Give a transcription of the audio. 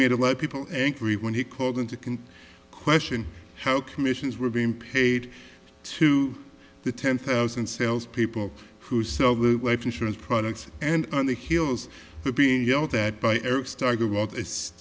made a lot of people angry when he called into can question how commissions were being paid to the ten thousand sales people who sell the life insurance products and on the heels of being yelled at by